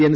N